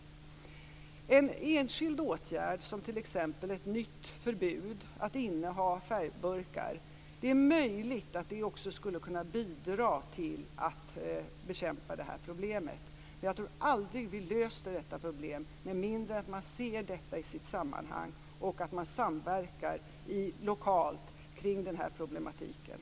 Det är möjligt att en enskild åtgärd, som t.ex. ett förbud mot att inneha färgburkar, skulle kunna bidra när det gäller att bekämpa det här problemet. Men jag tror aldrig att vi löser detta problem med mindre än att man ser detta i sitt sammanhang och att man samverkar lokalt kring den här problematiken.